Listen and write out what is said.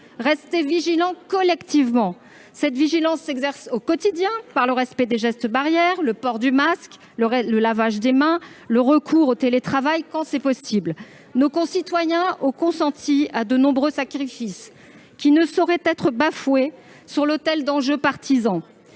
rester collectivement vigilants. Cette vigilance s'exerce au quotidien par le respect des gestes barrières, le port du masque, le lavage des mains, le recours au télétravail quand cela est possible. Nos concitoyens ont consenti à de nombreux sacrifices qui ne sauraient être balayés sur l'autel d'enjeux partisans.